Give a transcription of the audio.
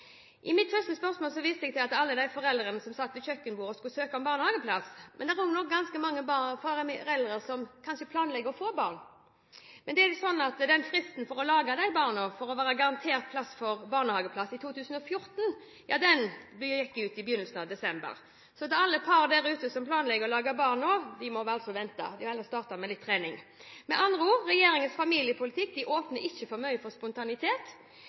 I mitt første spørsmål viste jeg til alle de foreldrene som satt ved kjøkkenbordet og skulle søke om barnehageplass. Det er også ganske mange andre par som planlegger å få barn. Nå er det sånn at fristen for å lage barn som er garantert barnehageplass for 2014, gikk ut i begynnelsen av desember. Så til alle par der ute som planlegger å lage barn nå: Dere må altså vente, dere får heller starte med litt trening. Med andre ord åpner ikke regjeringens familiepolitikk for mye spontanitet. På vegne av alle par der ute som ønsker å bli foreldre, lurer jeg på om de må vente til april med unnfangelse for